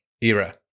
era